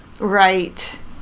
Right